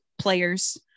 players